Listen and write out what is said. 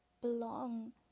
belong